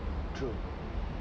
true